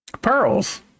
Pearls